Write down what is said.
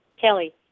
Kelly